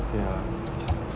ya s~